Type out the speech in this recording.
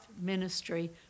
ministry